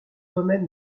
remède